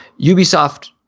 Ubisoft